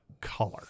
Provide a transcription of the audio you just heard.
color